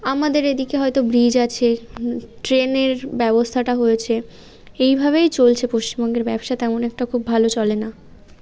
আমাদের এদিকে হয়তো ব্রিজ আছে ট্রেনের ব্যবস্থাটা হয়েছে এইভাবেই চলছে পশ্চিমবঙ্গের ব্যবসা তেমন একটা খুব ভালো চলে না